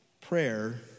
Prayer